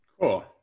Cool